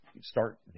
start